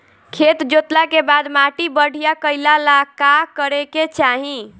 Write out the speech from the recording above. खेत जोतला के बाद माटी बढ़िया कइला ला का करे के चाही?